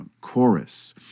chorus